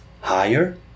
higher